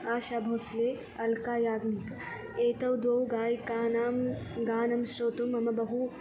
आशा भोस्ले अल्का याज्ञिक् एते द्वे गायिकयोः गानं श्रोतुं मम बहु